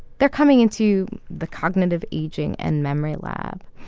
they're coming into the cognitive aging and memory lab.